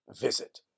visit